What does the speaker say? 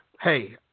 hey